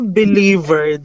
believer